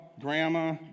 grandma